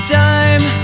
time